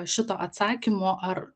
šito atsakymo ar